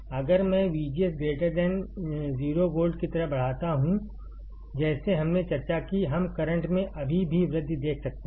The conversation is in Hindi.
अगर मैं VGS 0 वोल्ट की तरह बढ़ाता हूं जैसे हमने चर्चा की हम करंट में अभी भी वृद्धि देख सकते हैं